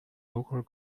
local